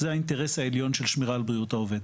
זה האינטרס העליון של שמירה על בריאות העובד.